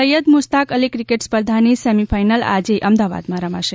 Syed Mushtaq Ali cricket સ્પર્ધાની semi final match આજે અમદાવાદમાં રમાશે